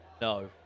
no